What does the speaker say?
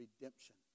redemption